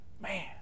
Man